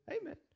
Amen